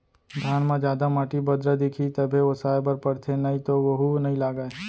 धान म जादा माटी, बदरा दिखही तभे ओसाए बर परथे नइ तो वोहू नइ लागय